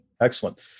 Excellent